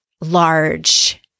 large